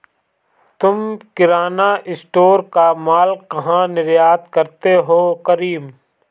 तुम किराना स्टोर का मॉल कहा निर्यात करते हो करीम?